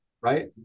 Right